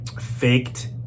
faked